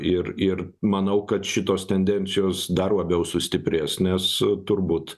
ir ir manau kad šitos tendencijos dar labiau sustiprės nes turbūt